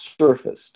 surfaced